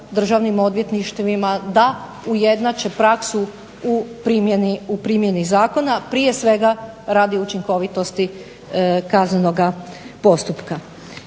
državnim odvjetništvima da ujednače praksu u primjeni zakona prije svega radi učinkovitosti kaznenoga postupka.